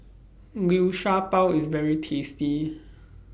Liu Sha Bao IS very tasty